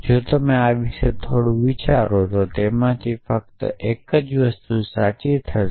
જો તમે આ વિશે થોડું વિચારો છો તો આલ્ફા અને નેગેટિવ આલ્ફામાંથી ફક્ત એક જ વસ્તુ સાચી થશે